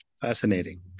Fascinating